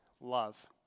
love